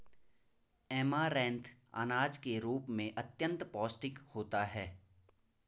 amaranth अनाज के रूप में अत्यंत पौष्टिक होता है